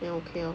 then okay lor